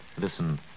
Listen